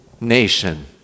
nation